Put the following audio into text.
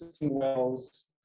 wells